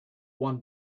one